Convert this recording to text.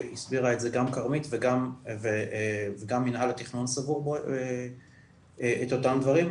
והסבירה את זה גם כרמית וגם מינהל התכנון סבור את אותם דברים,